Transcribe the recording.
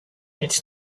it’s